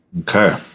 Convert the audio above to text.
Okay